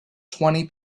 twenty